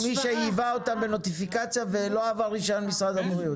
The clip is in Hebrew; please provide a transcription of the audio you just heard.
מול מי שייבא אותם בנוטיפיקציה ולא עבר רישיון של משרד הבריאות.